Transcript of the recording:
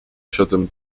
siedem